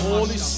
Holy